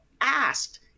asked